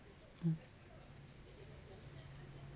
mm